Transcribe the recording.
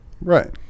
Right